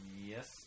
Yes